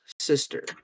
sister